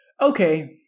okay